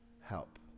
help